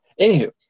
Anywho